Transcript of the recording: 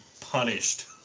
punished